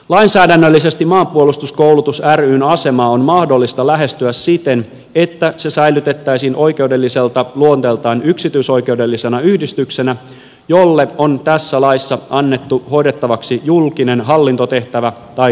lainsäädännöllisesti maanpuolustuskoulutus ryn asemaa on mahdollista lähestyä siten että se säilytettäisiin oikeudelliselta luonteeltaan yksityisoikeudellisena yhdistyksenä jolle on tässä laissa annettu hoidettavaksi julkinen hallintotehtävä tai tehtäviä